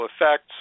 effects